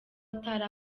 atari